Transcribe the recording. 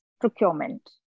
procurement